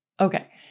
Okay